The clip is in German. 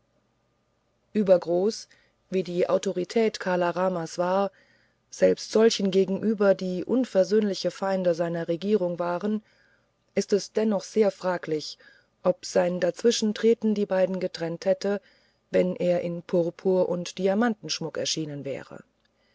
übergroß wie die autorität kala ramas war selbst solchen gegenüber die unversöhnliche feinde seiner regierung waren ist es dennoch sehr fraglich ob sein dazwischentreten die beiden gerettet hätte wenn er in purpur und diamantenschmuck erschienen wäre